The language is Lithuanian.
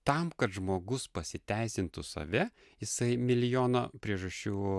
tam kad žmogus pasiteisintų save jisai milijoną priežasčių